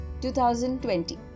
2020